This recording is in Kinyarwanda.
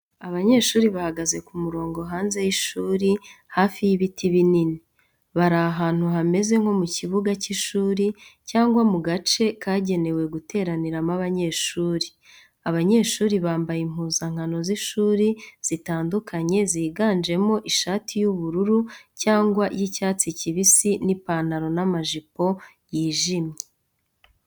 Abanyeshuri bahagaze ku murongo hanze y’ishuri, hafi y’ibiti binini, bari ahantu hameze nko mu kibuga cy’ishuri cyangwa mu gace kagenewe guteraniramo abanyeshuri. Abanyeshuri bambaye impuzankano z’ishuri zitandukanye ziganjemo ishati y’ubururu cyangwa y’icyatsi kibisi n’ipantaro n'amajipo yijimye.